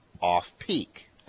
off-peak